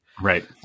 Right